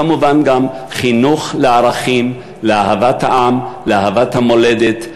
כמובן גם חינוך לערכים, לאהבת העם, לאהבת המולדת.